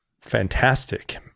fantastic